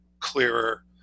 clearer